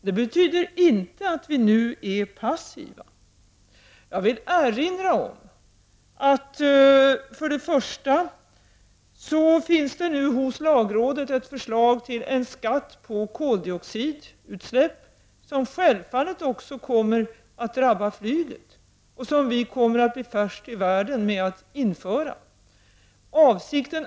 Det betyder inte att vi nu är passiva. Jag vill erinra om att det nu hos lagrådet finns ett förslag till skatt på koldioxidutsläpp, och den kommer självfallet också att drabba flyget. Vi kommer att bli först i världen med att införa en sådan skatt.